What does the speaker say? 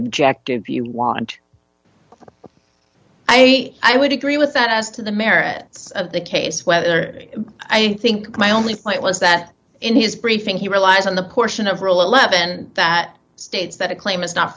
objective you want i i would agree with that as to the merits of the case whether i think my only point was that in his briefing he relies on the portion of rule eleven that states that a claim